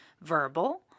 Verbal